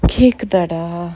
kick that ah